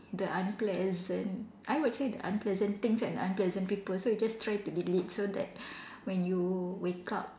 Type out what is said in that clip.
the unpleasant I would say the unpleasant things and unpleasant people so you just try to delete so that when you wake up